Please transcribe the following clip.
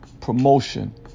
promotion